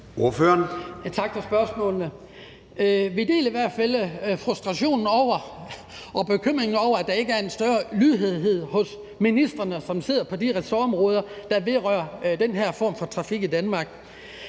Vi deler i hvert fald frustrationen og bekymringen over, at der ikke er en større lydhørhed hos ministrene, som sidder på de ressortområder, der vedrører den her form for trafik i Danmark.